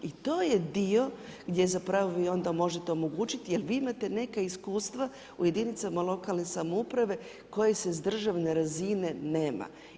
I to je dio gdje zapravo vi onda možete omogućiti, jer vi imate neka iskustva u jedinicama lokalne samouprave koje sa državne razine nema.